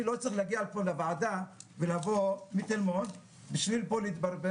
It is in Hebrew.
אני לא צריך להגיע לוועדה מתל מונד בשביל להתברבר,